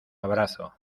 abrazo